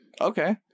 okay